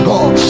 God